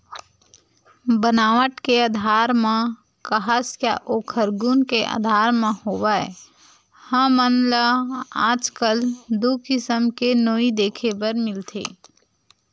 बनावट के आधार म काहस या ओखर गुन के आधार म होवय हमन ल आजकल दू किसम के नोई देखे बर मिलथे